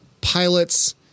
pilots